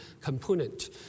component